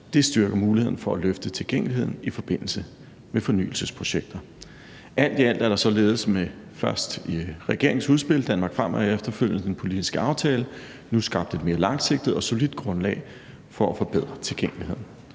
Det styrker muligheden for at løfte tilgængeligheden i forbindelse med fornyelsesprojekter. Alt i alt er der således først med regeringens udspil »Danmark fremad« og efterfølgende den politiske aftale nu skabt et mere langsigtet og solidt grundlag for at forbedre tilgængeligheden.